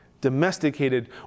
domesticated